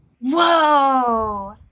Whoa